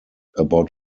about